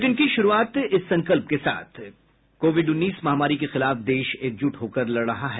bulletin की शुरूआत इस संकल्प के साथ कोविड उन्नीस महामारी के खिलाफ देश एकजुट होकर लड़ रहा है